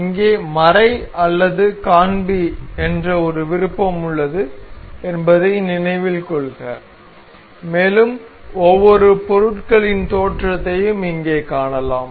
இங்கே மறை அல்லது காண்பி என்று ஒரு விருப்பம் உள்ளது என்பதை நினைவில் கொள்க மேலும் ஒவ்வொரு பொருட்களின் தோற்றத்தையும் இங்கே காணலாம்